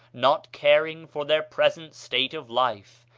not caring for their present state of life,